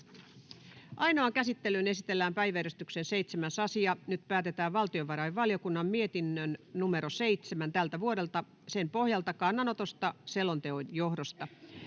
Ainoaan käsittelyyn esitellään päiväjärjestyksen 7. asia. Nyt päätetään valtiovarainvaliokunnan mietinnön VaVM 7/2024 vp pohjalta kannanotosta selonteon johdosta.